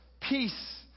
peace